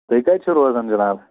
تُہۍ کَتہِ چھُو روزان جِناب